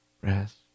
breath